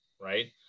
right